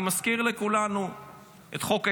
אני מזכיר לכולנו את חוק ההסדרים,